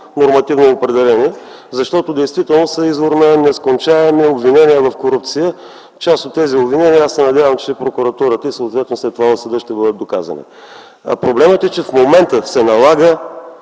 нормативно определени, защото действително са извор на нескончаеми обвинения в корупция. Част от тези обвинения аз се надявам, че прокуратурата, съответно след това и в съда ще бъдат доказани. Проблемът е, че в момента се налага